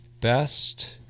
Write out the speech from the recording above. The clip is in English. Best